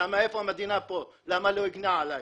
איפה המדינה פה, למה היא לא הגנה עליי?